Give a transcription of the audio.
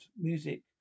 music